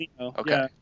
Okay